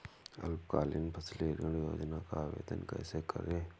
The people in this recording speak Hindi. अल्पकालीन फसली ऋण योजना का आवेदन कैसे करें?